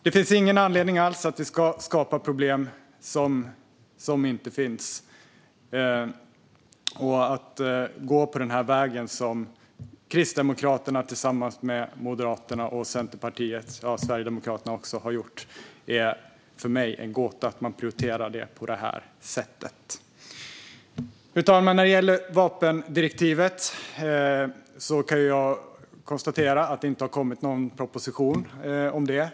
Det finns ingen anledning att skapa problem som inte finns. Hur man kan gå den väg som Kristdemokraterna tillsammans med Moderaterna, Centerpartiet och Sverigedemokraterna har gått när man prioriterar på det här sättet är för mig en gåta. Fru talman! När det gäller vapendirektivet kan jag konstatera att det inte har kommit någon proposition om det.